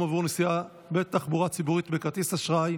עבור נסיעה בתחבורה ציבורית בכרטיס אשראי),